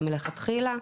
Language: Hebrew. הן מלכתחילה,